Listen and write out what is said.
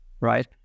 Right